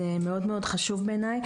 זה מאוד מאוד חשוב בעיני.